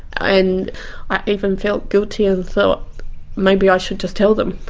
and i even felt guilty and thought maybe i should just tell them.